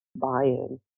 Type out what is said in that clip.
buy-in